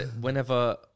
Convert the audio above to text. Whenever-